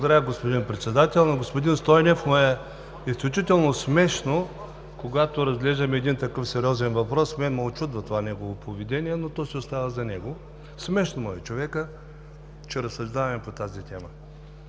Благодаря, господин Председател. На господин Стойнев му е изключително смешно, когато разглеждаме един такъв сериозен въпрос. Мен ме учудва това негово поведение, но то си остава за него. Смешно му е на човека, че разсъждаваме по тази тема.